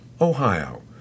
Ohio